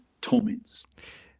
torments